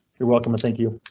you're welcome, thank you.